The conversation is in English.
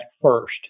first